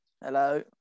Hello